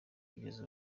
kugeza